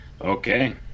Okay